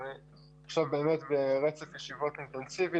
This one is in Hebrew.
אנחנו עכשיו באמת ברצף ישיבות אינטנסיביות